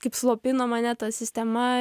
kaip slopino mane ta sistema